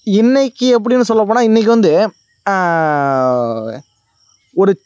இன்றைக்கி எப்படின்னு சொல்லப்போனால் இன்றைக்கி வந்து ஒரு